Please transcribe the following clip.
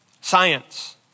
Science